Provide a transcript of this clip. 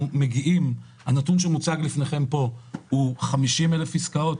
הנתון שמוצג לפניכם פה הוא 50 אלף עסקאות,